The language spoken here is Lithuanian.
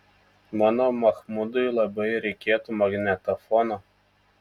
mano machmudui labai reikėtų magnetofono